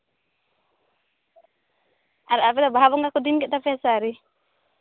ᱟᱨ ᱟᱯᱮ ᱫᱚ ᱵᱟᱦᱟ ᱵᱚᱸᱜᱟ ᱠᱚ ᱫᱤᱱ ᱠᱮᱫ ᱛᱟᱯᱮᱭᱟ ᱥᱮ ᱟᱹᱣᱨᱤ